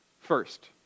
first